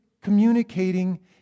communicating